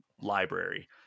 library